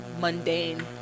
mundane